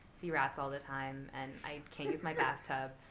see rats all the time, and i can't use my bathtub.